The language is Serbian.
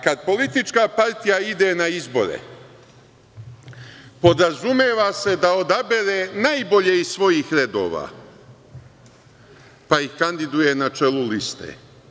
Kad politička partija ide na izbore podrazumeva se da odabere najbolje iz svojih redova, pa ih kandiduje na čelu liste.